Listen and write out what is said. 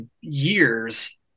years